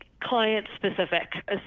client-specific